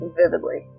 vividly